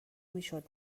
میشد